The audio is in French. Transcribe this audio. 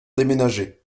déménager